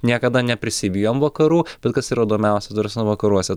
niekada neprisivijom vakarų bet kas yra įdomiausia ta prasme vakaruose